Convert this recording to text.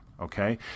okay